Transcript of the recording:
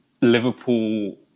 Liverpool